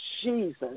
Jesus